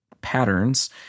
patterns